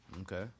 Okay